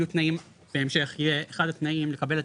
יהיו תנאים בהמשך יהיה אחד התנאים לקבלת